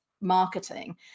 marketing